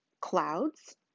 clouds